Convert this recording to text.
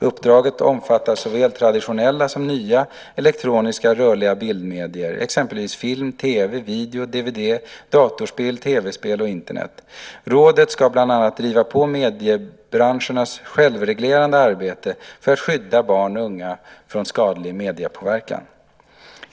Uppdraget omfattar såväl traditionella som nya elektroniska rörliga bildmedier, exempelvis film, TV, video, dvd, datorspel, TV-spel och Internet. Rådet ska bland annat driva på mediebranschernas självreglerande arbete för att skydda barn och unga från skadlig mediepåverkan.